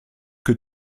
que